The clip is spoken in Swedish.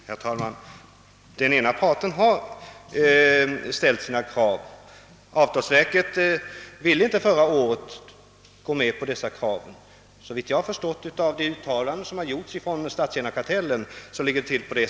Herr talman! Här har ändå den ena parten presenterat sina krav, men avtalsverket ville inte förra året gå med på de kraven. Så ligger det till, om jag rätt förstått de uttalanden som gjorts av statstjänarkartellen.